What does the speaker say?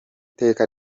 teka